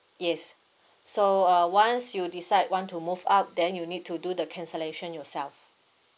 yes so uh once you decide want to move up then you'll need to do the cancellation yourself